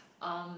um